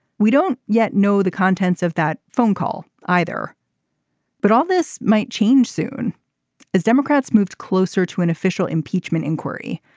we don't yet know the contents of that phone call either but all this might change soon as democrats moved closer to an official impeachment inquiry.